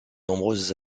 nombreuses